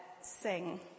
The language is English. sing